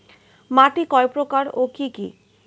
মাটি কয় প্রকার ও কি কি?